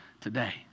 today